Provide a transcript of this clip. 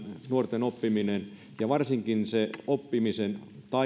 nuorten oppimisen ja varsinkin oppimisen